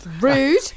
Rude